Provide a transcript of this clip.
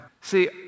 See